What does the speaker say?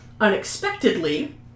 unexpectedly